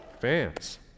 Fans